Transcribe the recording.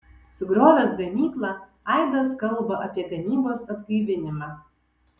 sugriovęs gamyklą aidas kalba apie gamybos atgaivinimą